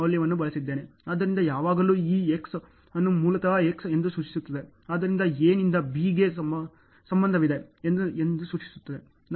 ಆದ್ದರಿಂದ ಯಾವಾಗಲಾದರೂ ಈ X ಅನ್ನು ಮೂಲತಃ X ಎಂದು ಸೂಚಿಸುತ್ತದೆ ಆದ್ದರಿಂದ A ನಿಂದ B ಗೆ ಸಂಬಂಧವಿದೆ ಎಂದು ಇದು ಸೂಚಿಸುತ್ತದೆ